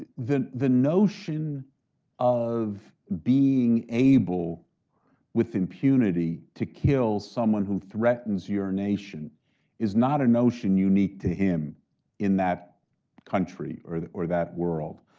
the the notion of being able with impunity to kill someone who threatens your nation is not a notion unique to him in that country or that or that world.